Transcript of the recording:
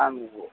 आम्